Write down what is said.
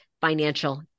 financial